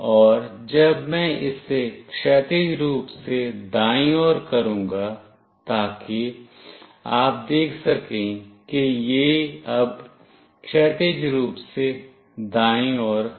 और अब मैं इसे क्षैतिज रूप से दाएं ओर करूंगा ताकि आप देख सकें कि यह अब क्षैतिज रूप से दाएं ओर है